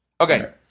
Okay